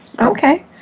Okay